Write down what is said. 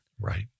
right